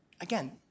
again